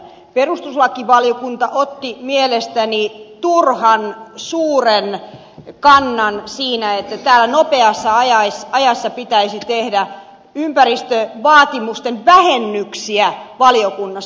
perustuslakivaliokunta otti mielestäni turhan suuren kannan siinä että täällä nopeassa ajassa pitäisi tehdä ympäristövaatimusten vähennyksiä valiokunnassa